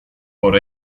por